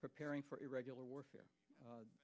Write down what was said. preparing for irregular warfare